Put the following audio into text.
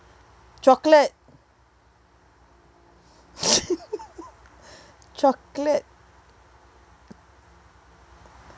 chocolate chocolate